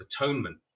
atonement